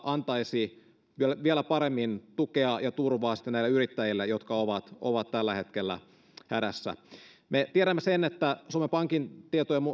antaisi vielä paremmin tukea ja turvaa sitten näille yrittäjille jotka ovat ovat tällä hetkellä hädässä me tiedämme sen että suomen pankin